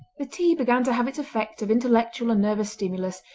the tea began to have its effect of intellectual and nervous stimulus,